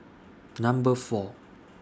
Number four